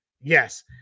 Yes